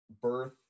birth